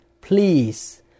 Please